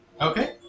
Okay